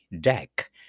deck